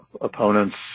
Opponents